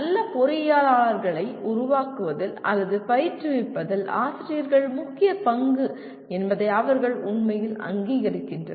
நல்ல பொறியியலாளர்களை உருவாக்குவதில் அல்லது பயிற்றுவிப்பதில் ஆசிரியர்கள் முக்கிய பங்கு என்பதை அவர்கள் உண்மையில் அங்கீகரிக்கின்றனர்